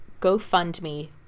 GoFundMe